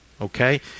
Okay